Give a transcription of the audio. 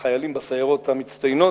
החיילים בסיירות המצטיינות,